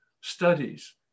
studies